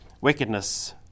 wickedness